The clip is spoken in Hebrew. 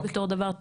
זכות ערר,